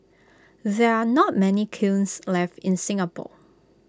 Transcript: there are not many kilns left in Singapore